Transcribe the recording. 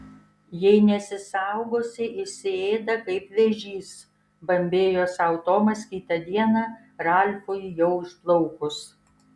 jei nesisaugosi įsiėda kaip vėžys bambėjo sau tomas kitą dieną ralfui jau išplaukus